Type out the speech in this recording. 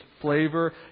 flavor